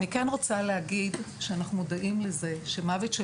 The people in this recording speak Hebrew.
אני כן רוצה להגיד שאנחנו מודעים לזה שמוות של